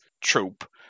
troop